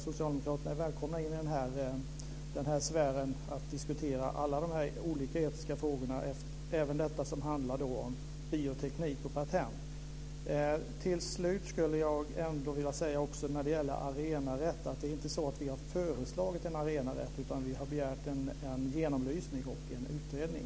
Socialdemokraterna är välkomna in i den sfären för att diskutera olika etiska frågor, även de som handlar om bioteknik och patent. Till slut vill jag säga att vi inte har föreslagit en arenarätt. Vi har begärt en genomlysning och en utredning.